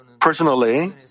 Personally